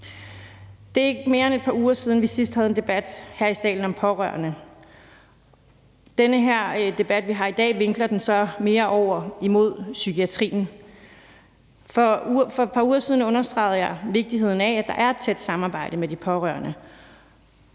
Det er ikke mere end et par uger siden, vi sidst havde en debat her i salen om pårørende. Den debat, vi har her i dag, vinkler det så mere over imod psykiatrien. For et par uger siden understregede jeg vigtigheden af, at der er et tæt samarbejde med de pårørende,